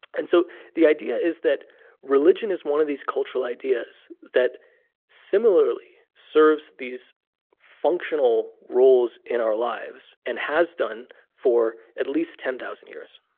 and so the idea is that religion is one of these cultural ideas that similarly serves these functional roles in our lives and has done for at least ten thousand years.